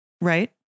right